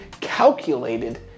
calculated